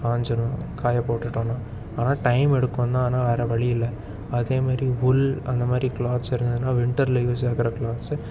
காஞ்சிடும் காய போட்டுட்டோம்னா ஆனால் டைம் எடுக்கந்தான் ஆனால் வேறு வழி இல்லை அதேமாரி உள் அந்தமாதிரி க்ளாத்ஸ் இருந்ததுன்னா வின்ட்டரில் யூஸ் ஆகிற க்ளாத்ஸு